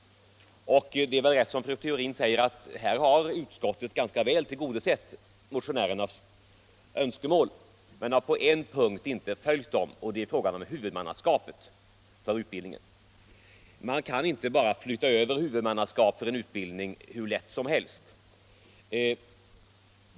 Det är riktigt som fru Theorin säger att utskottet här ganska väl har tillgodosett motionärernas önskemål men på en punkt inte följt dem. Det är i fråga om huvudmannaskapet för utbildningen. Man kan inte bara hur lätt som helst flytta över huvudmannaskapet för en utbildning.